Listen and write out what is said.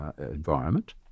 environment